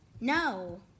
No